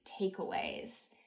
takeaways